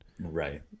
right